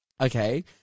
Okay